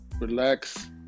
relax